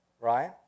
Right